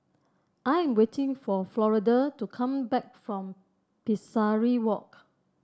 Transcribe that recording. I am waiting for Florida to come back from Pesari Walk